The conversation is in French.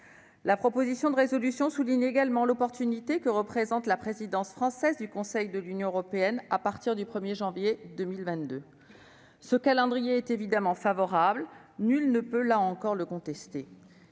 La proposition de résolution souligne également l'occasion offerte par la présidence française du Conseil de l'Union européenne à partir du 1 janvier 2022. Ce calendrier est évidemment favorable. Nul ne peut, là encore, le contester.